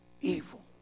evil